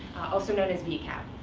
also known as vcap.